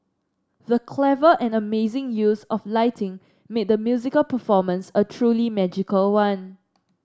the clever and amazing use of lighting made the musical performance a truly magical one